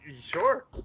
Sure